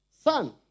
son